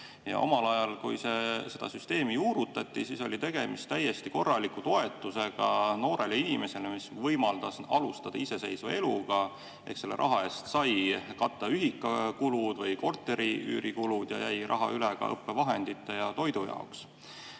Omal ajal, kui see süsteem juurutati, oli tegemist täiesti korraliku toetusega noorele inimesele. See võimaldas alustada iseseisvat elu, selle raha eest sai katta ühikakulud või korteri üüri kulud ja jäi raha üle ka õppevahendite ja toidu jaoks.